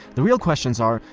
the real questions are,